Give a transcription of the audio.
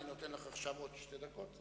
אני נותן לך עכשיו עוד שתי דקות.